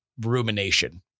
rumination